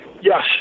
Yes